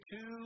two